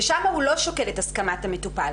ושם הוא לא שוקל את הסכמת המטופל,